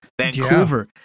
vancouver